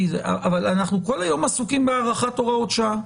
אנחנו כל היום עסוקים בהארכת הוראות שעה.